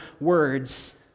words